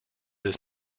this